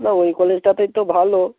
না ওই কলেজটাতেই তো ভালো